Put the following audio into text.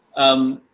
um,